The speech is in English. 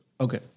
okay